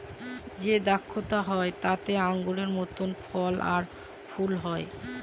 যে দ্রাক্ষা হয় তাতে আঙুরের মত ফল আর ফুল হয়